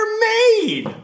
made